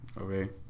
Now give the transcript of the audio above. Okay